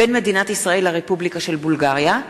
בין מדינת ישראל לרפובליקה של בולגריה,